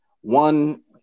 one